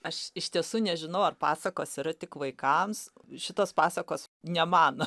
aš iš tiesų nežinau ar pasakos yra tik vaikams šitos pasakos ne man